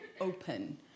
open